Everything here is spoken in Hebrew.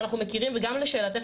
גם לשאלתך,